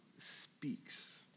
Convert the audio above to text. speaks